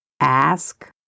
ask